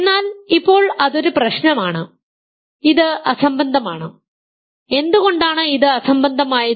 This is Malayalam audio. എന്നാൽ ഇപ്പോൾ അതൊരു പ്രശ്നമാണ് ഇത് അസംബന്ധമാണ് എന്തുകൊണ്ടാണ് ഇത് അസംബന്ധം ആയത്